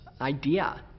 idea